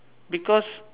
because